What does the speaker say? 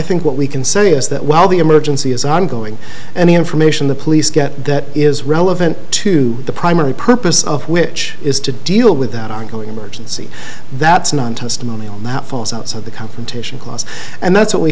think what we can say is that while the emergency is ongoing and the information the police get that is relevant to the primary purpose of which is to deal with that ongoing emergency that's not testimony that falls outside the confrontation clause and that's what we